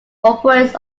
operates